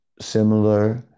similar